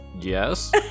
yes